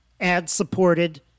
ad-supported